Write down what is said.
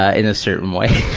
ah in a certain way,